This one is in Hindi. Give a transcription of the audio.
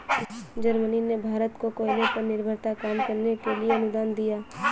जर्मनी ने भारत को कोयले पर निर्भरता कम करने के लिए अनुदान दिया